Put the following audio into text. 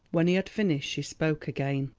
when he had finished she spoke again.